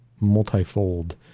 multifold